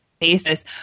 basis